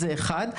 זה אחד.